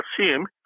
assume